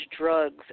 drugs